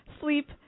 Sleep